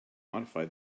modify